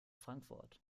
frankfurt